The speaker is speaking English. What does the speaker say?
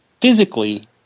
physically